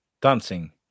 Dancing